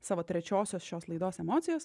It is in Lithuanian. savo trečiosios šios laidos emocijos